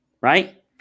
right